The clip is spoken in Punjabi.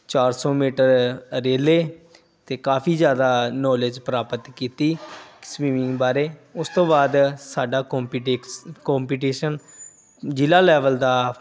ਚਾਰ ਸੌ ਮੀਟਰ ਰੇਲੇ ਅਤੇ ਕਾਫ਼ੀ ਜ਼ਿਆਦਾ ਨੋਲੇਜ ਪ੍ਰਾਪਤ ਕੀਤੀ ਸਵਿਮਿੰਗ ਬਾਰੇ ਉਸ ਤੋਂ ਬਾਅਦ ਸਾਡਾ ਕੰਪੀਟੇਕਸ ਕੰਪਟੀਸ਼ਨ ਜ਼ਿਲ੍ਹਾ ਲੈਵਲ ਦਾ